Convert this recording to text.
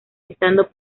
estando